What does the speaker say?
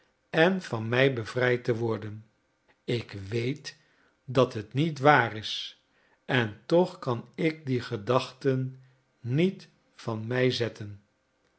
en van mij bevrijd te worden ik weet dat het niet waar is en toch kan ik die gedachten niet van mij zetten